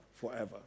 forever